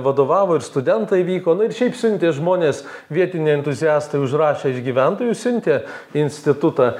vadovavo ir studentai vyko nu ir šiaip siuntė žmones vietiniai entuziastai užrašė iš gyventojų siuntė į institutą